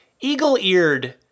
eagle-eared